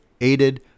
Aided